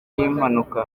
y’impanuka